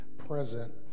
present